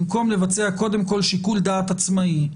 במקום לבצע קודם כול שיקול דעת עצמאי,